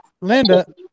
Linda